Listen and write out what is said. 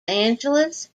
angeles